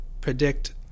predict